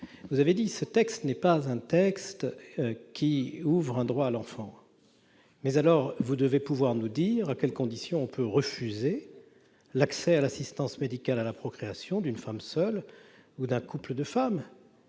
vous avez affirmé que ce texte n'ouvrait pas un droit à l'enfant. Mais alors, vous devez pouvoir nous dire à quelles conditions l'on peut refuser l'accès à l'assistance médicale à la procréation d'une femme seule ou d'un couple de femmes.